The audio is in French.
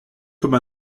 comme